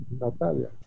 Natalia